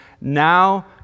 now